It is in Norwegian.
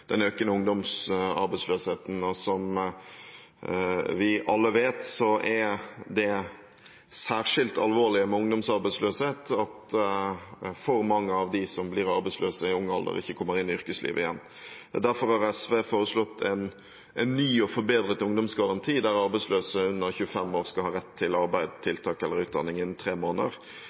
den økende ungdomsarbeidsløsheten. Som vi alle vet, er det særskilt alvorlige med ungdomsarbeidsløshet at for mange av dem som blir arbeidsløse i ung alder, ikke kommer inn i yrkeslivet igjen. Derfor har SV foreslått en ny og forbedret ungdomsgaranti der arbeidsløse under 25 år skal ha rett til arbeid, tiltak eller utdanning innen tre måneder.